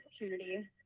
opportunity